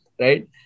right